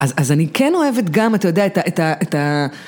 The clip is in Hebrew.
אז-אז אני כן אוהבת גם, אתה יודע, את ה-את ה...